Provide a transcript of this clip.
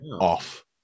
off